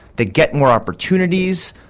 they get more opportunities,